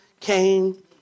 came